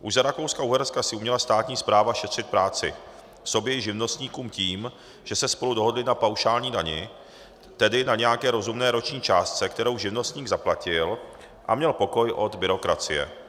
Už za RakouskaUherska si uměla státní správa šetřit práci sobě i živnostníkům tím, že se spolu dohodli na paušální dani, tedy na nějaké rozumné roční částce, kterou živnostník zaplatil, a měl pokoj od byrokracie.